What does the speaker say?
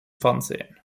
fernsehen